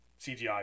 CGI